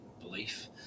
belief